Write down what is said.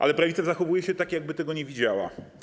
Ale prawica zachowuje się tak, jakby tego nie widziała.